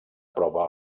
prova